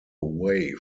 away